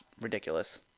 ridiculous